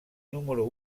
número